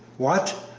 what!